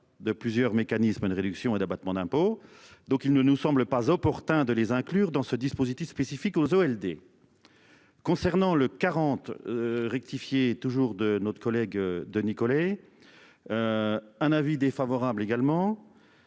de plusieurs mécanismes de réduction et d'abattement d'impôts donc il ne nous semble pas opportun de les inclure dans ce dispositif spécifique aux zoo LD. Concernant le 40. Rectifier toujours de notre collègue de Nicolet. Un avis défavorable également.